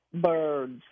birds